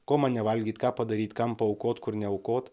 ko man nevalgyt ką padaryt kam paaukot kur neaukot